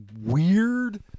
weird